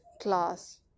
class